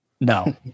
No